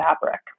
fabric